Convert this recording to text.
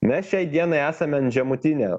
mes šiai dienai esame ant žemutinė